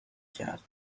کرد